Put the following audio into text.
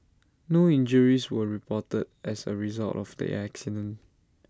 no injuries were reported as A result of the accident